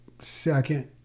second